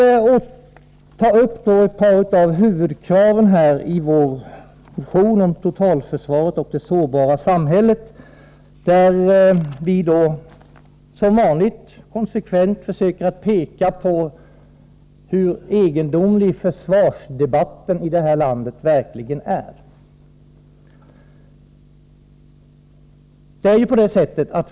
Jag vill ta upp ett par av huvudkraven i vår motion om totalförsvaret och det sårbara samhället, där vi som vanligt konsekvent försöker peka på hur egendomlig försvarsdebatten i det här landet verkligen är.